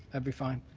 ah be fine,